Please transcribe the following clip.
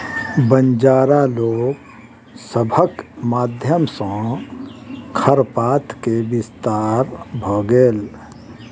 बंजारा लोक सभक माध्यम सॅ खरपात के विस्तार भ गेल